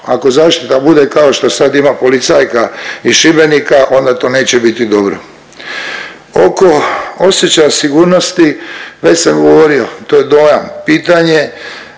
Ako zaštita bude kao što sad ima policajka iz Šibenika onda to neće biti dobro. Oko osjećaja sigurnosti, već sam govorio to je dojam. Pitanje